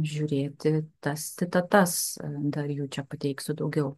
žiūrėti tas citatas dar jų čia pateiksiu daugiau